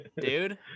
dude